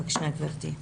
בבקשה, גברתי.